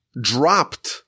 dropped